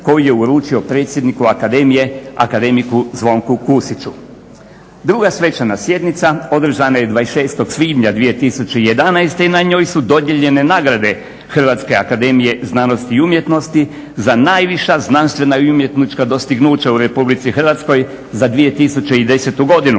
koju je uručio predsjedniku Akademije akademiku Zvonku Kusiću. Druga svečana sjednica održana je 26. svibnja 2011. i na njoj su dodijeljene nagrade Hrvatske akademije znanosti i umjetnosti za najviša znanstvena i umjetnička dostignuća u Republici Hrvatskoj za 2010. godinu